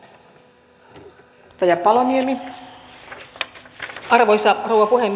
arvoisa rouva puhemies